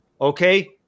Okay